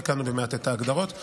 תיקנו מעט את ההגדרות,